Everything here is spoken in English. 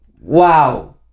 Wow